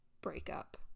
breakup